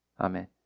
Amen